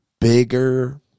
bigger